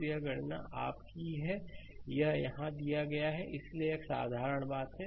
तो यह गणना आपकी है यह यहाँ दिया गया है इसलिए यह एक साधारण बात है